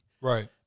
Right